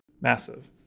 massive